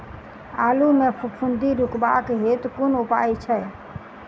आलु मे फफूंदी रुकबाक हेतु कुन उपाय छै?